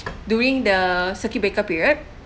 during the circuit breaker period